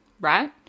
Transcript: right